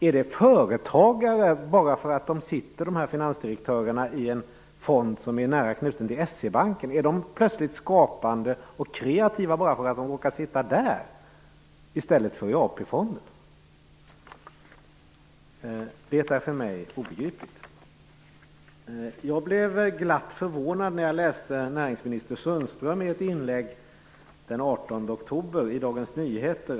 Är de här finansdirektörerna plötsligt skapande och kreativa bara för att de råkar sitta i en fond som är nära knuten till S-E-Banken i stället för i AP-fonden? Det är för mig obegripligt. Jag blev glatt förvånad när jag läste ett inlägg av näringsminister Sundström i Dagens Nyheter den 18 oktober.